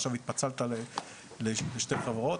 עכשיו היא התפצלת לשתי חברות.